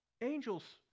angels